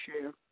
share